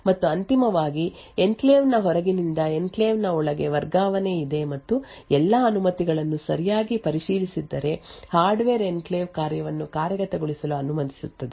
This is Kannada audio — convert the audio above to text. ಮತ್ತು ಅಂತಿಮವಾಗಿ ಎನ್ಕ್ಲೇವ್ ನ ಹೊರಗಿನಿಂದ ಎನ್ಕ್ಲೇವ್ ನ ಒಳಗೆ ವರ್ಗಾವಣೆ ಇದೆ ಮತ್ತು ಎಲ್ಲಾ ಅನುಮತಿಗಳನ್ನು ಸರಿಯಾಗಿ ಪರಿಶೀಲಿಸಿದ್ದರೆ ಹಾರ್ಡ್ವೇರ್ ಎನ್ಕ್ಲೇವ್ ಕಾರ್ಯವನ್ನು ಕಾರ್ಯಗತಗೊಳಿಸಲು ಅನುಮತಿಸುತ್ತದೆ